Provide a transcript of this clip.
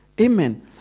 amen